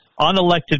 unelected